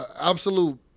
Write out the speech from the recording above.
absolute